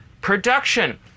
production